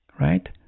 Right